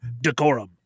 decorum